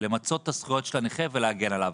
למצות את הזכויות של הנכה ולהגן עליו.